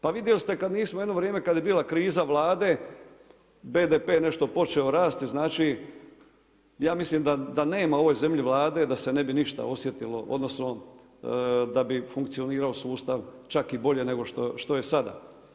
Pa vidjeli ste kad nismo jedno vrijeme, kada je bila kriza Vlade, BDP je nešto počeo rasti, znači, ja milim da nema ove zemlji Vlade, da se ne bi ništa osjetilo, odnosno, da bi funkcionirao sustav, čak i bolje nego što je sada.